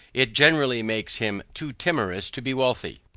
it generally makes him too timorous to be wealthy.